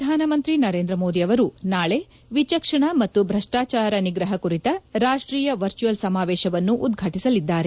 ಪ್ರಧಾನಮಂತ್ರಿ ನರೇಂದ್ರ ಮೋದಿ ಅವರು ನಾಳೆ ವಿಚಕ್ಷಣ ಮತ್ತು ಭ್ರಷ್ಪಾಚಾರ ನಿಗ್ರಹ ಕುರಿತ ರಾಷ್ಟೀಯ ವರ್ಚುಯಲ್ ಸಮಾವೇಶವನ್ನು ಉದ್ಘಾಟಿಸಲಿದ್ದಾರೆ